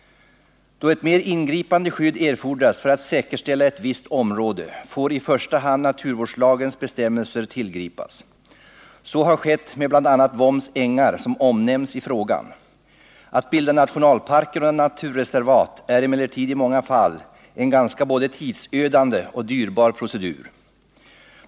Då ett mer ingripande skydd erfordras för att säkerställa ett visst område, får i första hand naturvårdslagens bestämmelser tillgripas. Så har skett med bl.a. Vombs ängar som omnämns i frågan. Att bilda nationalparker och naturreservat är emellertid i många fall en både ganska tidsödande och dyrbar procedur.